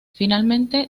finalmente